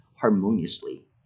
harmoniously